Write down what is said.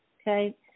Okay